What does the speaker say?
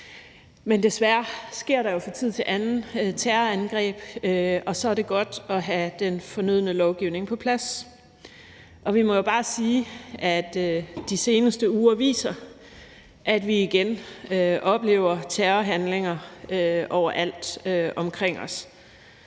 men desværre sker der jo fra tid til anden terrorangreb, og så er det godt at have den fornødne lovgivning på plads. Vi må jo bare sige, at de seneste uger viser, at vi igen oplever terrorhandlinger overalt omkring os.